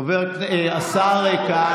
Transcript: אין בעיה.